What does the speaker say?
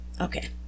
Okay